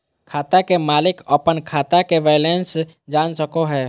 खाता के मालिक अपन खाता के बैलेंस जान सको हय